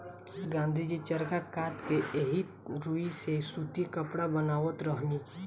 गाँधी जी चरखा कात के एही रुई से सूती कपड़ा बनावत रहनी